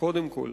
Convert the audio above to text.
קודם כול,